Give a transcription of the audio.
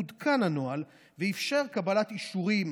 עודכן הנוהל ואפשר קבלת אישורים